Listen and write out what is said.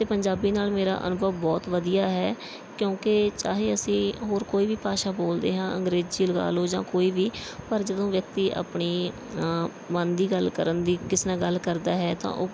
ਅਤੇ ਪੰਜਾਬੀ ਨਾਲ ਮੇਰਾ ਅਨੁਭਵ ਬਹੁਤ ਵਧੀਆ ਹੈ ਕਿਉਂਕਿ ਚਾਹੇ ਅਸੀਂ ਹੋਰ ਕੋਈ ਵੀ ਭਾਸ਼ਾ ਬੋਲਦੇ ਹਾਂ ਅੰਗਰੇਜ਼ੀ ਲਗਾ ਲਓ ਜਾਂ ਕੋਈ ਵੀ ਪਰ ਜਦੋਂ ਵਿਅਕਤੀ ਆਪਣੀ ਮਨ ਦੀ ਗੱਲ ਕਰਨ ਦੀ ਕਿਸੇ ਨਾਲ ਗੱਲ ਕਰਦਾ ਹੈ ਤਾਂ ਉਹ